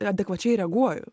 adekvačiai reaguoju